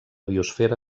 biosfera